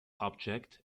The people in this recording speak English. object